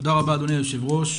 תודה רבה אדוני היושב ראש.